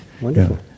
Wonderful